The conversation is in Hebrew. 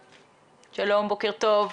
שלום, בוקר טוב.